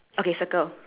behind the chil~ girl